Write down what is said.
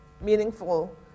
meaningful